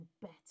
better